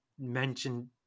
mention